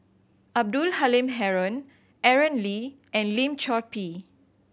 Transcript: Abdul Halim Haron Aaron Lee and Lim Chor Pee